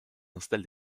installe